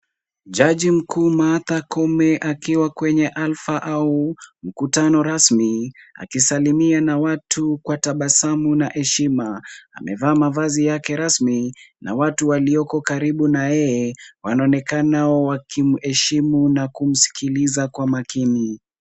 Jaji mkuu Martha Koome akiwa kwenye hafla au mkutano rasmi akisalimiana na watu kwa tabasamu na heshima. Amevaa mavazi yake rasmi na watu walioko karibu na yeye wanaonekana wakimheshimu na kumsikiliza kwa makini.